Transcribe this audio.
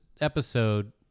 episode